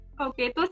Okay